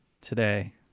Today